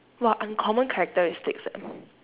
!wah! uncommon characteristics ah